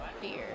beer